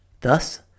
Thus